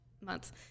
months